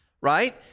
right